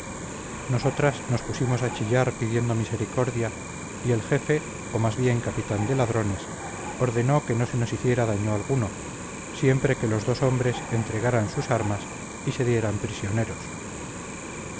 nosotras nos pusimos a chillar pidiendo misericordia y el jefe o más bien capitán de ladrones ordenó que no se nos hiciera daño alguno siempre que los dos hombres entregaran sus armas y se dieran prisioneros